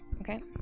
Okay